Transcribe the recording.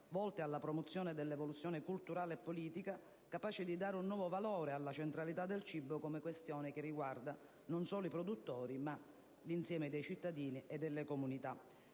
volte alla promozione dell'evoluzione culturale e politica, capace di dare nuovo valore e centralità al cibo come questione che riguarda non solo i produttori, ma l'insieme dei cittadini e delle comunità;